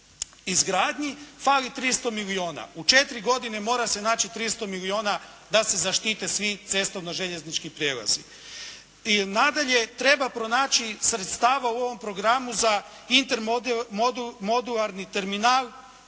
izgradnji. Fali 300 milijuna. U četiri godine mora se naći 300 milijuna da se zaštite svi cestovno-željeznički prijelazi. I nadalje, treba pronaći sredstava u ovom programu za intermodularni terminal.